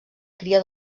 cria